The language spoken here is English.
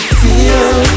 feel